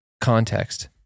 context